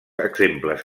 exemples